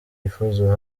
yifuza